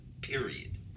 period